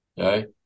okay